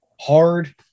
hard